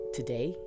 Today